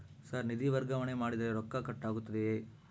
Sir ನಿಧಿ ವರ್ಗಾವಣೆ ಮಾಡಿದರೆ ರೊಕ್ಕ ಕಟ್ ಆಗುತ್ತದೆಯೆ?